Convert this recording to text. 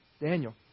daniel